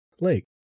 lake